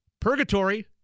Purgatory